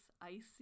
icy